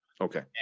Okay